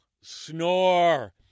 Snore